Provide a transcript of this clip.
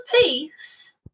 peace